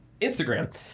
Instagram